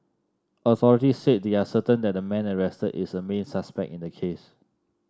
authorities said they are certain that the man arrested is a main suspect in the case